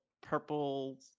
purple